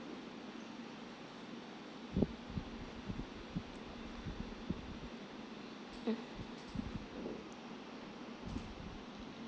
mm